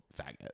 faggot